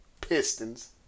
Pistons